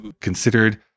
considered